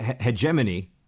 hegemony